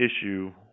issue